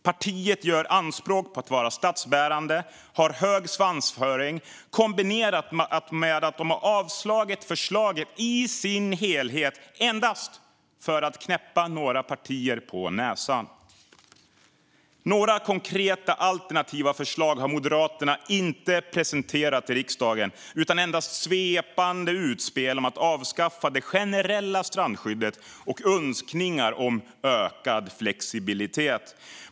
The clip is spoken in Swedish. Partiet gör anspråk på att vara statsbärande, har hög svansföring kombinerat med att man avstyrkt förslagen i sin helhet endast för att knäppa några partier på näsan. Några konkreta alternativa förslag har Moderaterna inte presenterat i riksdagen. Man har endast gjort svepande utspel om att avskaffa det generella strandskyddet och om önskningar om ökad flexibilitet.